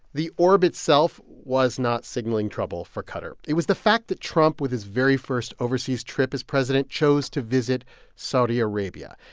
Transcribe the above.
the orb itself was not signaling trouble for qatar. it was the fact that trump, with his very first overseas trip as president, chose to visit saudi arabia,